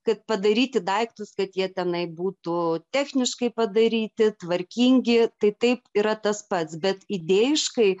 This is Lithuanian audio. kad padaryti daiktus kad jie tenai būtų techniškai padaryti tvarkingi tai taip yra tas pats bet idėjiškai